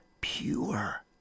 pure